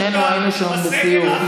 שנינו היינו שם בסיור.